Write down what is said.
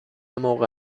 موقع